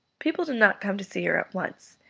people did not come to see her at once.